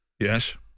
Yes